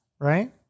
right